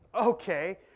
Okay